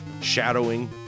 shadowing